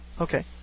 Okay